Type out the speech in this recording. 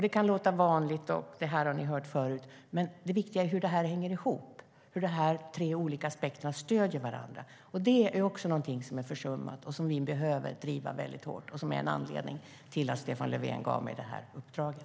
Det kan låta banalt, men det viktiga är ju hur detta hänger ihop, hur de tre olika aspekterna stöder varandra. Det är också någonting som är försummat och som vi behöver driva väldigt hårt. Det är en anledning till att Stefan Löfven gav mig det här uppdraget.